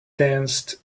danced